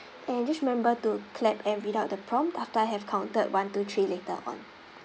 and just remember to clap and read out the prompt after I have counted one two three later on